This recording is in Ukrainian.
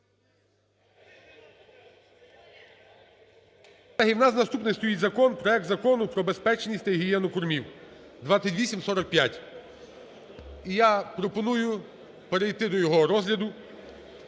у нас наступний стоїть закон: проект Закону про безпечність та гігієну кормів (2845). І я пропоную перейти до його розгляду.